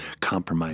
compromise